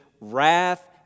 wrath